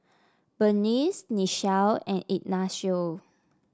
Berniece Nichelle and Ignacio